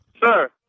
Sir